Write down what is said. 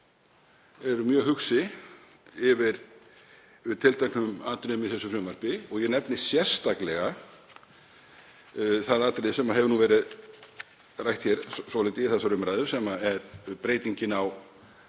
eru mjög hugsi yfir tilteknum atriðum í þessu frumvarpi. Ég nefni sérstaklega það atriði sem hefur verið rætt svolítið í þessari umræðu, sem er breytingin á